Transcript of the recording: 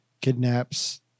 kidnaps